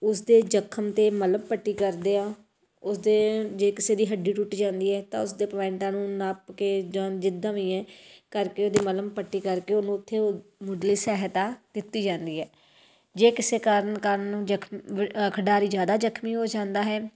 ਉਸਦੇ ਜ਼ਖਮ 'ਤੇ ਮੱਲ੍ਹਮ ਪੱਟੀ ਕਰਦੇ ਹਾਂ ਉਸਦੇ ਜੇ ਕਿਸੇ ਦੀ ਹੱਡੀ ਟੁੱਟ ਜਾਂਦੀ ਹੈ ਤਾਂ ਉਸਦੇ ਪੁਆਇੰਟਾਂ ਨੂੰ ਨੱਪ ਕੇ ਜਾਂ ਜਿੱਦਾਂ ਵੀ ਹੈ ਕਰਕੇ ਉਹਦੀ ਮੱਲ੍ਹਮ ਪੱਟੀ ਕਰਕੇ ਉਹਨੂੰ ਉੱਥੇ ਮੁੱਢਲੀ ਸਹਾਇਤਾ ਦਿੱਤੀ ਜਾਂਦੀ ਹੈ ਜੇ ਕਿਸੇ ਕਾਰਨ ਕਾਰਨ ਜਖਮ ਖਿਡਾਰੀ ਜ਼ਿਆਦਾ ਜ਼ਖਮੀ ਹੋ ਜਾਂਦਾ ਹੈ